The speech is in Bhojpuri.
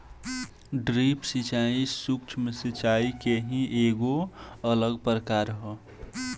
ड्रिप सिंचाई, सूक्ष्म सिचाई के ही एगो अलग प्रकार ह